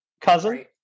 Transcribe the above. cousin